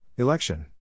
Election